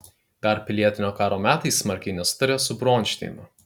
dar pilietinio karo metais smarkiai nesutarė su bronšteinu